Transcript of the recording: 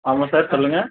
ஆமாம் சார் சொல்லுங்கள்